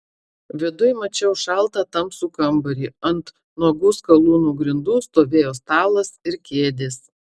viduj mačiau šaltą tamsų kambarį ant nuogų skalūno grindų stovėjo stalas ir kėdės